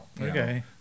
okay